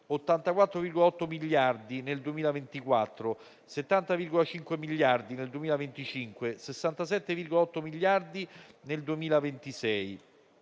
84,8 miliardi nel 2024, 70,5 miliardi nel 2025, 67,8 miliardi nel 2026.